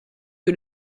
que